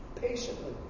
Patiently